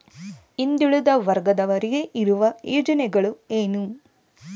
ಹಿಂದುಳಿದ ವರ್ಗದವರಿಗೆ ಇರುವ ಯೋಜನೆಗಳು ಏನು?